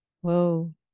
Whoa